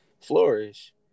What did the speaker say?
flourish